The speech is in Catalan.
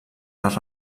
les